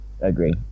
agree